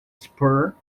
spur